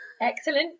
Excellent